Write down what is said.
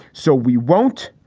so we won't.